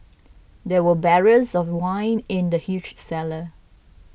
there were barrels of wine in the huge cellar